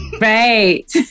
Right